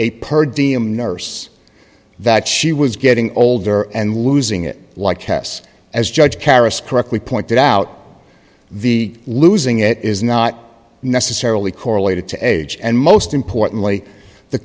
a per diem nurse that she was getting older and losing it like hess as judge caris correctly pointed out the losing it is not necessarily correlated to age and most importantly the